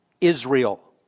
Israel